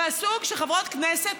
מהסוג שחברות כנסת,